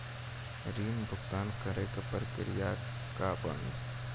ऋण भुगतान करे के प्रक्रिया का बानी?